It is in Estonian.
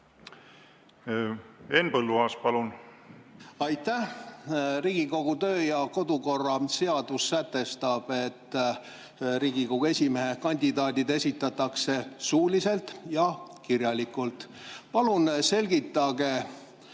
Henn Põlluaas, palun! Aitäh! Riigikogu kodu- ja töökorra seadus sätestab, et Riigikogu esimehe kandidaadid esitatakse suuliselt ja kirjalikult. Palun selgitage